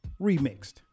remixed